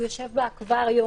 הוא יושב באקווריום.